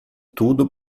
tudo